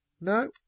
No